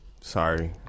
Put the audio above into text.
sorry